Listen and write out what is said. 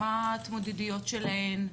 מה ההתמודדויות שלהן,